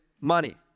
money